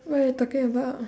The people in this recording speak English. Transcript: what are you talking about